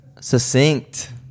Succinct